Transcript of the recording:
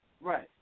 Right